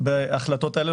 בהחלטות הללו,